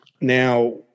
Now